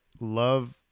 love